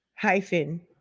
hyphen